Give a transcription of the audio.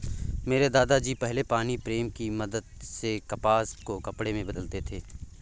मेरे दादा जी पहले पानी प्रेम की मदद से कपास को कपड़े में बदलते थे